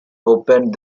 opened